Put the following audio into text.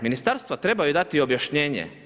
Ministarstva trebaju dati objašnjenje.